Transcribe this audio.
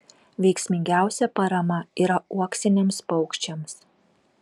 veiksmingiausia parama yra uoksiniams paukščiams